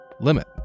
limit